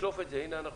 לשלוף את זה: הינה,